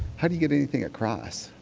how do you get anything across?